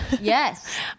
Yes